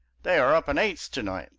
they are up an eighth to-night